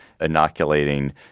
inoculating